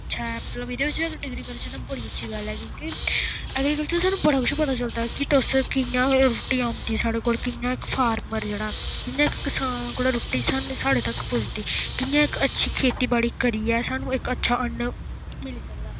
शैल मतलब एह्दे बिच्च बी अगर डिग्री करचै ना बड़ी अच्छी गल्ल ऐ क्यूंकि एग्रीकल्चर सानूं बड़ा किश पता चलदा ऐ कि तुस कि'यां रुट्टी औंदी साढ़े कोल कि'यां इक फार्मर जेह्ड़ा कि'यां इक किसान कोला रुट्टी सानूं साढ़े तक पुजदी कि'यां इक अच्छी खेती बाड़ी करियै सानूं इक अच्छा अन्न मिली सकदा ऐ